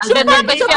שייפגשו פעם בשבוע,